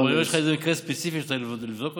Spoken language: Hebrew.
אבל אם יש לך איזה מקרה ספציפי שאתה רוצה שנבדוק,